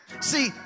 See